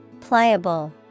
Pliable